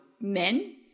men